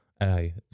Aye